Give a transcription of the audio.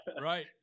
Right